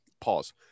Pause